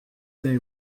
they